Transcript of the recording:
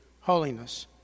holiness